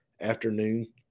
afternoon